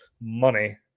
money